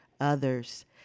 others